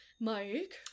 Mike